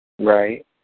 Right